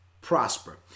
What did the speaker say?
prosper